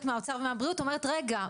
ממשרד האוצר וממשרד הבריאות אומרת "רגע,